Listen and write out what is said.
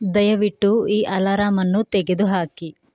ದಯವಿಟ್ಟು ಈ ಅಲರಾಮನ್ನು ತೆಗೆದುಹಾಕಿ